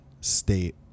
state